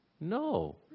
No